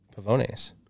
Pavones